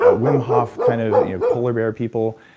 ah wim hof kind of polar bear people.